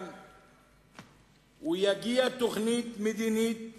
תהיה תוכנית מדינית